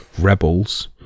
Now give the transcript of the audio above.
rebels